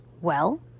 Well